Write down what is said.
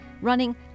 running